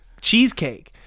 cheesecake